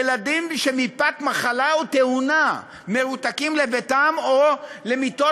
ילדים שמפאת מחלה או תאונה מרותקים לביתם או למיטות